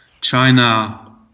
China